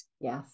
Yes